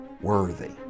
worthy